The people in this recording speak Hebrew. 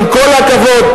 עם כל הכבוד,